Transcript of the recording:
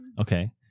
Okay